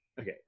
okay